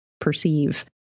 perceive